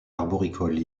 arboricole